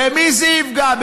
במי זה יפגע?